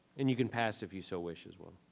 and you can pass if you so wish, as